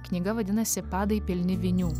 knyga vadinasi padai pilni vinių